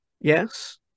Yes